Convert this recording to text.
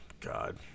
God